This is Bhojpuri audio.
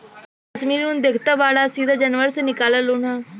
इ कश्मीरी उन देखतऽ बाड़ऽ सीधा जानवर से निकालल ऊँन ह